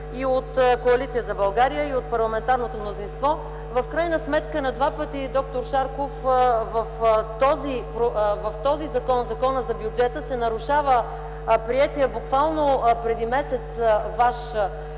и от Коалиция за България, и от парламентарното мнозинство. В крайна сметка на два пъти, доктор Шарков, в този закон – Закона за бюджета, се нарушава приетия буквално преди месец ваш законопроект,